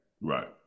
Right